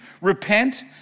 Repent